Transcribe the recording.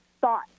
thought